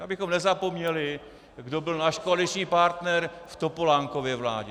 Abychom nezapomněli, kdo byl náš koaliční partner v Topolánkově vládě.